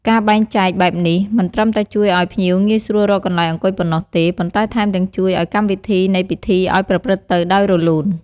ការបែងចែកបែបនេះ មិនត្រឹមតែជួយឲ្យភ្ញៀវងាយស្រួលរកកន្លែងអង្គុយប៉ុណ្ណោះទេ ប៉ុន្តែថែមទាំងជួយអោយកម្មវិធីនៃពិធីឲ្យប្រព្រឹត្តទៅដោយរលូន ។